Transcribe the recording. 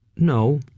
no